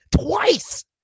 twice